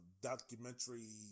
documentary